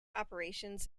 operations